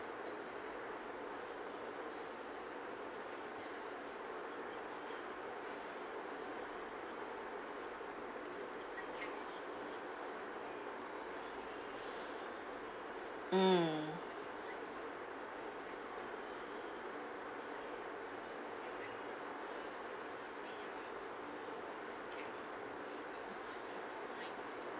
mm